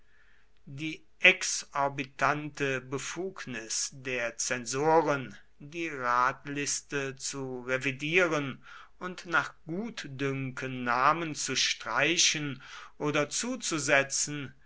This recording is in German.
die exorbitante befugnis der zensoren die ratliste zu revidieren und nach gutdünken namen zu streichen oder zuzusetzen